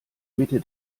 mitte